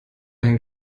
hängt